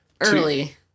early